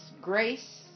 grace